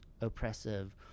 oppressive